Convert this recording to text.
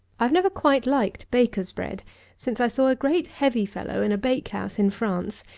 i have never quite liked baker's bread since i saw a great heavy fellow, in a bakehouse in france,